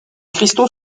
cristaux